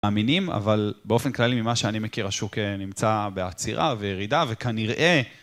מאמינים, אבל באופן כללי, ממה שאני מכיר, השוק נמצא בעצירה וירידה, וכנראה...